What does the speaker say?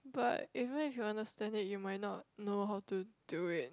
but even if you understand it you might not know how to do it